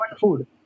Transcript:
food